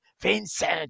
Vincent